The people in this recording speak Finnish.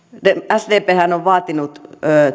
sdphän on vaatinut